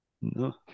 No